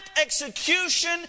execution